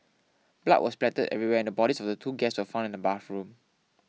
blood was spattered everywhere and the bodies of the two guests were found in the bathroom